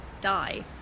die